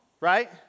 right